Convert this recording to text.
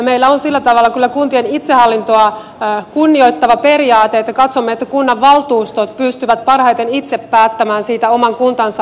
meillä on sillä tavalla kyllä kuntien itsehallintoa kunnioittava periaate että katsomme että kunnanvaltuustot pystyvät parhaiten itse päättämään siitä oman kuntansa palveluverkosta